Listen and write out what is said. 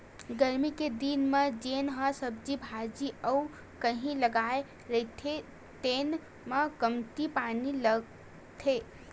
गरमी के दिन म जेन ह सब्जी भाजी अउ कहि लगाए जाथे तेन म कमती पानी लागथे